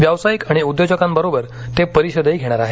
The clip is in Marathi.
व्यावसायिक आणि उद्योजकांबरोबरते परिषदही घेणार आहेत